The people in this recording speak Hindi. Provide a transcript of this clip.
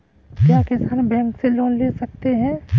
क्या किसान बैंक से लोन ले सकते हैं?